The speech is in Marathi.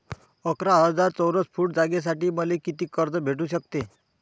अकरा हजार चौरस फुट जागेसाठी मले कितीक कर्ज भेटू शकते?